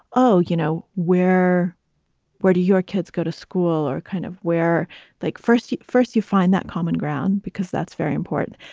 oh, you know, where where do your kids go to school or kind of where like first you first you find that common ground because that's very important.